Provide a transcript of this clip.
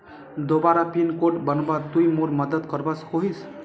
दोबारा pin code बनवात तुई मोर मदद करवा सकोहिस?